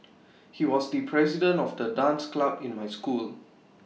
he was the president of the dance club in my school